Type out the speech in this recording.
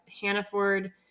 Hannaford